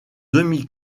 demi